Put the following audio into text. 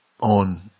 on